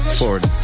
forward